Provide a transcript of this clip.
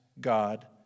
God